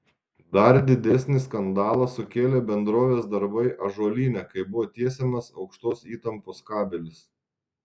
dar didesnį skandalą sukėlė bendrovės darbai ąžuolyne kai buvo tiesiamas aukštos įtampos kabelis